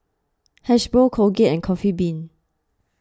Hasbro Colgate and Coffee Bean